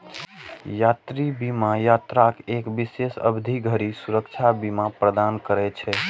यात्रा बीमा यात्राक एक विशेष अवधि धरि सुरक्षा बीमा प्रदान करै छै